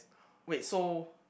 wait so